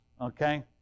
okay